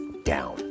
down